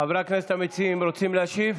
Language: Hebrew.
חבר הכנסת קרעי, מעוניין להשיב?